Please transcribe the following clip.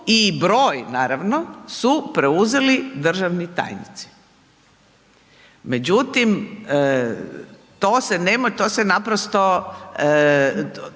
i broj, su preuzeli državni tajnici. Međutim, to se naprosto